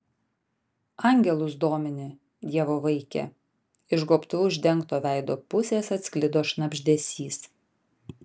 angelus domini dievo vaike iš gobtuvu uždengto veido pusės atsklido šnabždesys